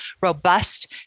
robust